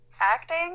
Acting